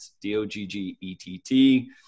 D-O-G-G-E-T-T